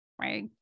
right